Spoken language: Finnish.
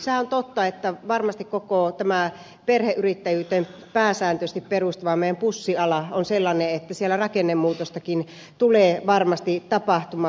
sehän on totta että varmasti koko tämä meillä pääsääntöisesti perheyrittäjyyteen perustuva bussiala on sellainen että siellä rakennemuutostakin tulee varmasti tapahtumaan